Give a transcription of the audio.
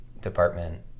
Department